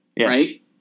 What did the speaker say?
Right